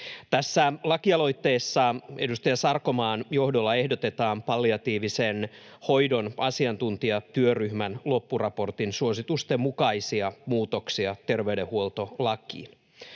nostaa. Lakialoitteessa edustaja Sarkomaan johdolla ehdotetaan palliatiivisen hoidon asiantuntijatyöryhmän loppuraportin suositusten mukaisia muutoksia terveydenhuoltolakiin.